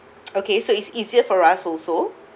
okay so it's easier for us also